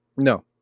no